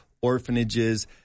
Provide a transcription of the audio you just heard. orphanages